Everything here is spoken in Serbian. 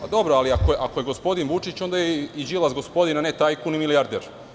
Pa dobro, ako je gospodin Vučić, onda je i Đilas gospodin, a ne tajkun i milijarder.